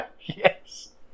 Yes